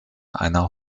einer